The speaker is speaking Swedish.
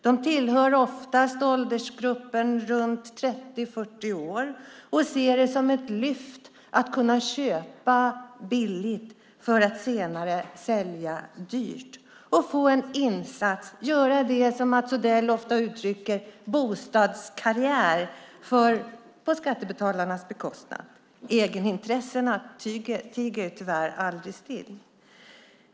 De tillhör oftast åldersgruppen runt 30-40 år och ser det som ett lyft att kunna köpa billigt för att senare sälja dyrt, göra det som Mats Odell ofta uttrycker som bostadskarriär på skattebetalarnas bekostnad. Egenintressena tiger tyvärr aldrig still.